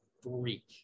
freak